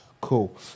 cool